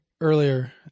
earlier